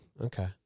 Okay